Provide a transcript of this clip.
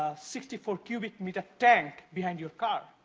sixty four cubic-meter tank behind your car,